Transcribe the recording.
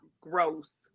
gross